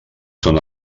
són